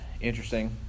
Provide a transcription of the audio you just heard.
interesting